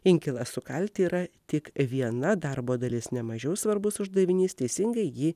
inkilą sukalti yra tik viena darbo dalis nemažiau svarbus uždavinys teisingai jį